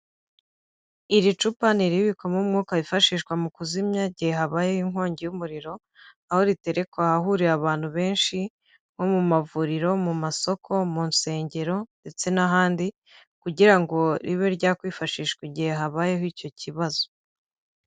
Iri cupa ni iribikwamo umwuka wifashishwa mu kuzimya igihe habayeho inkongi y'umuriro, aho riterekwa ahahurira abantu benshi nko mu mavuriro, mu masoko, mu nsengero, ndetse n'ahandi kugira ngo ribe ryakwifashishwa igihe habayeho icyo kibazo.